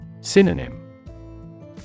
Synonym